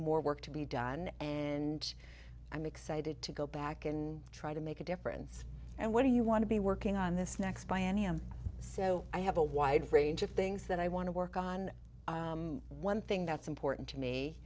more work to be done and i'm excited to go back and try to make a difference and what do you want to be working on this next biennium so i have a wide range of things that i want to work on one thing that's important to me